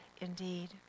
indeed